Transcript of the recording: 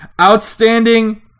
Outstanding